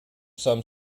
some